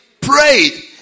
prayed